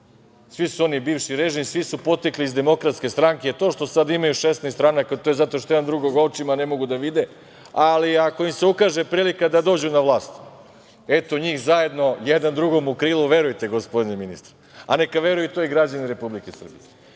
svi su oni bivši režim, svi su potekli iz DS, to što sad imaju 16 stranaka, to je zato što jedan drugo očima ne mogu da vide, ali ako im se ukaže prilika da dođu na vlast, eto njih zajedno jedan drugom u krilu, verujte gospodine ministre, a neka veruju to i građani Republike Srbije. Kaže